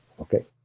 Okay